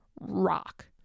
rock